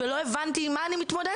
ולא הבנתי עם מה אני מתמודדת,